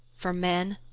for men.